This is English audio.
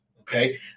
Okay